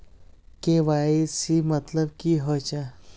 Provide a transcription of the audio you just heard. KYC मतलब की होचए?